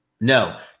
No